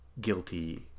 guilty